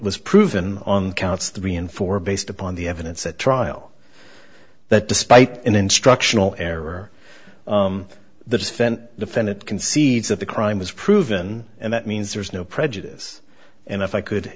was proven on counts three and four based upon the evidence at trial that despite an instructional error the defense defendant concedes that the crime was proven and that means there's no prejudice and if i could